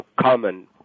common